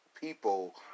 people